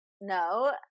No